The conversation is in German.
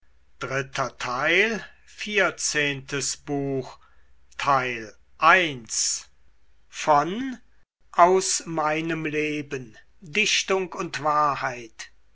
wolfgang goethe aus meinem leben dichtung und wahrheit